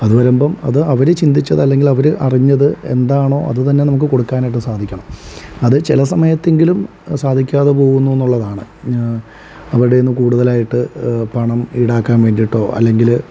അത് വരുമ്പം അത് അവർ ചിന്തിച്ചത് അല്ലെങ്കിൽ അവർ അറിഞ്ഞത് എന്താണോ അതു തന്നെ നമുക്ക് കൊടുക്കാനായിട്ട് സാധിക്കണം അത് ചില സമയത്തെങ്കിലും സാധിക്കാതെ പോകുന്നു എന്നുള്ളതാണ് അവരുടെ നിന്നു കൂടുതലായിട്ട് പണം ഈടാക്കാൻ വേണ്ടിയിട്ടോ അല്ലെങ്കിൽ